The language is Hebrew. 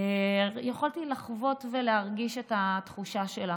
יכולתי לחוות ולהרגיש את התחושה שלך.